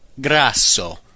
Grasso